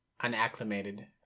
unacclimated